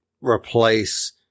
replace